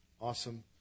awesome